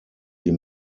die